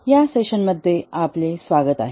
या सेशनमध्ये आपले स्वागत आहे